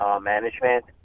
management